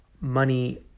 money